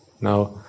Now